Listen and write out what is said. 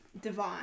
Devon